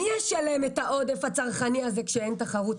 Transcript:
מי ישלם את העודף הצרכני הזה כאשר אין תחרות?